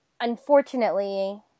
unfortunately